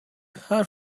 her